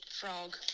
frog